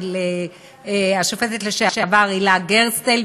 של השופטת לשעבר הילה גרסטל,